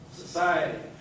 society